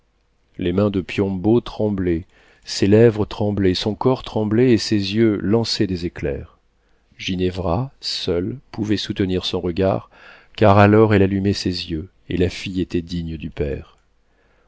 les mains de piombo tremblaient ses lèvres tremblaient son corps tremblait et ses yeux lançaient des éclairs ginevra seule pouvait soutenir son regard car alors elle allumait ses yeux et la fille était digne du père